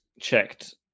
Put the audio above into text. checked